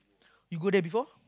you go there before